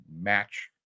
match